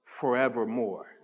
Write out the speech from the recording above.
forevermore